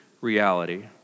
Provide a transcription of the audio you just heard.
reality